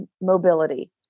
mobility